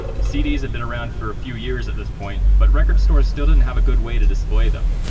cds have been around for a few years at this point, but record stores still didn't have a good way to display them.